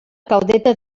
caudete